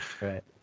Right